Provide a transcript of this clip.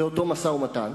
לאותו משא-ומתן,